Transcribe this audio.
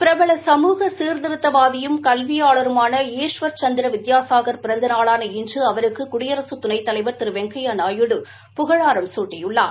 பிரபல சமூக சீர்திருத்தவாதியும் கல்வியாளருமான ஈஸ்வர் சந்திர வித்தியாசாகர் பிறந்த நாளான இன்று அவருக்கு குடியரசுத் துணைத்தலைவா் திரு வெங்கையா நாயுடு புகழாரம் சூட்டியுள்ளார்